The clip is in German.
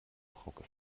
frauke